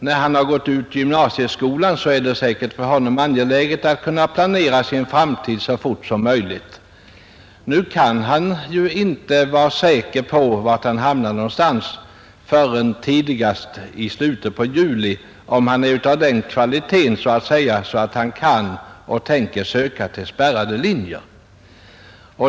När eleven har gått ut gymnasiet är det säkerligen mycket angeläget för honom att kunna planera sin framtid så fort som möjligt. Nu kan han ju inte vara säker på var han kommer att hamna förrän tidigast i slutet av juli, om han så att säga är av den kvaliteten att han kan och tänker söka till spärrad linje.